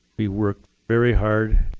we worked very hard.